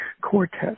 Quartet